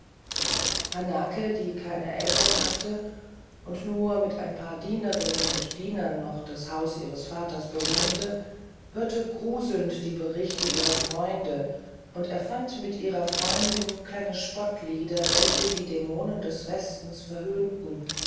hanake die keine eltern hatte und nur mit ein paar dienerinnen und dienern noch das haus ihres vaters bewohnte hörte gruselnd die berichte ihrer freunde und erfand mit ihren freundinnen kleine spottlieder welche die dämonen des westens verhöhnten